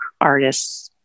artists